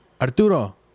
Arturo